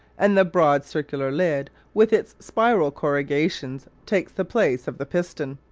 and the broad circular lid, with its spiral corrugations, takes the place of the piston.